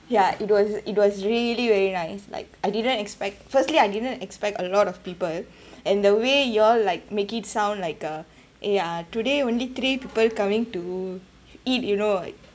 yeah it was it was really very nice like I didn't expect firstly I didn't expect a lot of people and the way you all like make it sound like a ya today only three people coming to eat you know